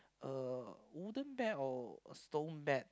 uh wooden bed or a stone bed